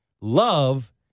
love